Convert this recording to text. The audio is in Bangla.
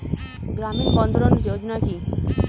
গ্রামীণ বন্ধরন যোজনা কি?